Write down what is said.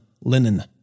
linen